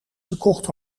gekocht